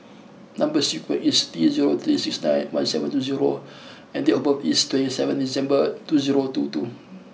number sequence is T zero three six nine one seven two zero and date of birth is twenty seventh December two zero two two